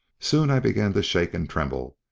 soon i began to shake and tremble,